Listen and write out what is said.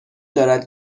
دارد